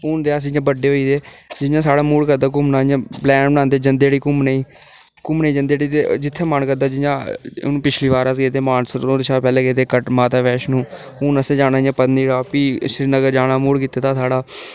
हून ते अस इ'यां बड्डे होई दे जि'यां साढ़ा मूड़ करदा घुम्मना इयां प्लान बनांदे जंदे उठी घुम्मने ई घुम्मने ई जंदे उठी ते जित्थै मन करदा जि'यां हून पिछली अस बार अस गेदे हे मानसर नुहाड़े कोला पैह्लें गदे हे क माता बैश्नो हून असें जि'यां जाना पत्नीटाप भी श्रीनगर जाना मूड़ कीते दा साढ़ा